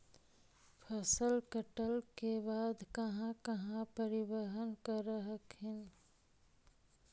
फसल कटल के बाद कहा कहा परिबहन कर हखिन?